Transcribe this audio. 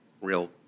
real